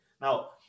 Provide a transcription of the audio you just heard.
Now